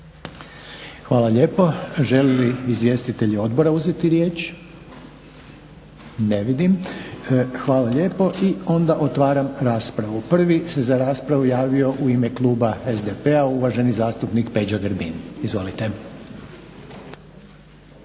Hvala lijepo. Žele li izvjestitelji odbora uzeti riječ? Ne vidim. Hvala lijepo. I onda otvaram raspravu. Prvi se za raspravu javio u ime kluba SDP-a uvaženi zastupnik Peđa Grbin. Izvolite.